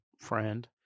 friend